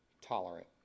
tolerant